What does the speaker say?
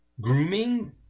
grooming